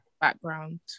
background